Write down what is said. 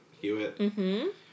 Hewitt